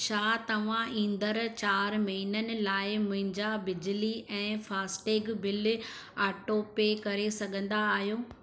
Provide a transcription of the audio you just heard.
छा तव्हां ईंदड़ु चारि महीननि लाइ मुंहिंजा बिजली ऐं फ़ास्टैग बिल ऑटो पे करे सघंदा आहियो